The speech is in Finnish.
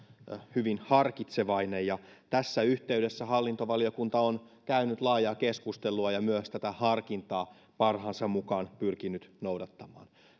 hyvin harkitsevainen tässä yhteydessä hallintovaliokunta on käynyt laajaa keskustelua ja myös tätä harkintaa parhaansa mukaan pyrkinyt noudattamaan